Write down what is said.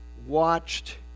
Watched